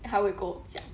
他会跟我讲